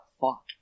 fuck